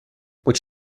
which